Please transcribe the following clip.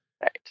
right